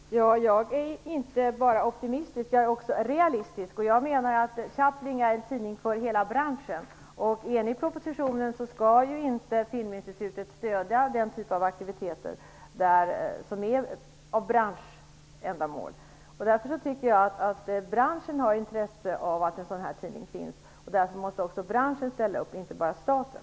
Herr talman! Jag är inte bara optimistisk, utan jag är också realistisk. Jag anser att Chaplin är en tidning för hela branschen. Enligt propositionen skall ju inte Filminstitutet stödja den typen av aktiviteter. Branschen har intresse av att det finns en sådan här tidning. Därför måste också branschen ställa upp och inte bara staten.